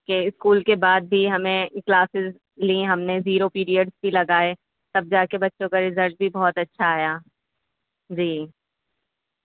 کہ اسکول کے بعد بھی ہمیں کلاسیز لییں ہم نے زیرو پیریڈس بھی لگائے تب جا کے بچوں کا رزلٹ بھی بہت اچھا آیا جی